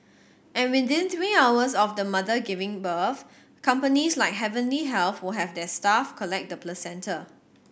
and within three hours of the mother giving birth companies like Heavenly Health will have their staff collect the placenta